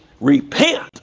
repent